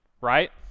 right